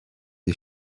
des